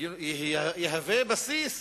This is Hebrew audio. יהווה בסיס